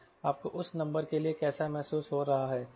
आपको उस नंबर के लिए कैसा महसूस हो रहा है